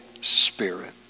Spirit